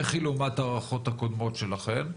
איך היא לעומת ההערכות הקודמות שלכם?